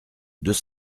deux